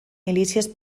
milícies